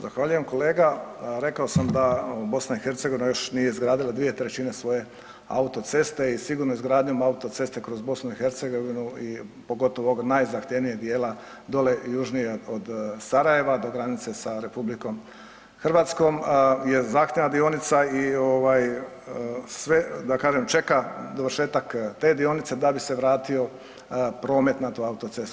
Zahvaljujem kolega rekao sam da BiH još nije izgradila 2/3 svoje autoceste i sigurno izgradnjom autoceste kroz BiH i pogotovo ovog najzahtjevnijeg dijela dolje južnije od Sarajeva do granice sa RH je zahtjevna dionica i ovaj sve da kažem čeka dovršetak te dionice da bi se vratio promet na tu autocestu.